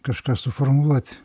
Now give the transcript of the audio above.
kažką suformuluot